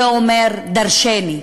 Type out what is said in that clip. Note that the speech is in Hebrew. זה אומר דורשני,